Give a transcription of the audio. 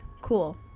Cool